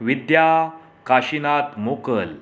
विद्या काशीनात मोकल